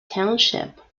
township